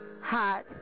hot